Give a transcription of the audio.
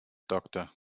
doctor